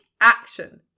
action